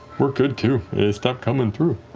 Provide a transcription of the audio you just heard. worked good, too. they stopped coming through.